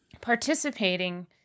participating